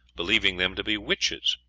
believing them to be witches.